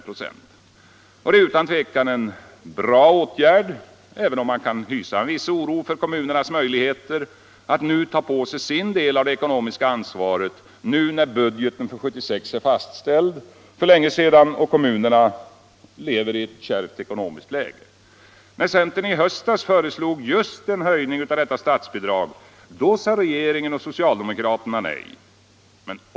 Det är utan tvivel en bra åtgärd, även om man kan hysa en viss oro för kommunernas möjligheter att ta på sig sin del av det ekonomiska ansvaret när budgeten för 1976 sedan länge är fastställd och kommunerna befinner sig i ett så kärvt ekonomiskt läge. När centern i höstas föreslog en höjning av just detta statsbidrag sade regeringen och socialdemokraterna nej.